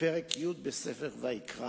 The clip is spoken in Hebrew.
בפרק י' בספר ויקרא,